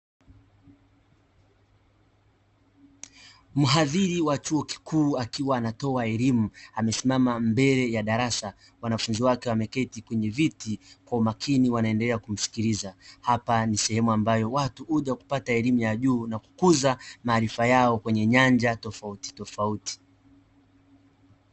Mhadhiri wa chuo kikuu akiwa anatoa elimu amesimama mbele ya darasa, wanafunzi wake wameketi kwenye viti kwa umakini wanaendeea kumsikiliza. Hapa ni sehemu ambayo watu wanakuja kupata elimu ya juu na kukuza maarifa yao kwenye nyanja tofautitofauti.